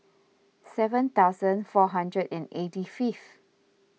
seven thousand four hundred and eighty fifth